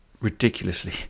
ridiculously